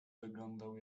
wyglądał